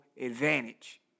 advantage